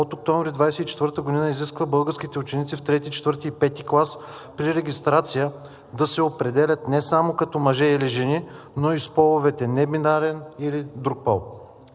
от октомври 2024 г. изисква българските ученици в III, IV и V клас при регистрация да се определят не само като мъже или жени, но и с половете „небинарен“ или „друг пол“.